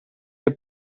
they